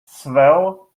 swell